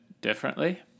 differently